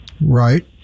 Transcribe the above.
Right